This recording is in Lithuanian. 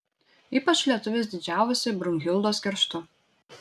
ypač lietuvis didžiavosi brunhildos kerštu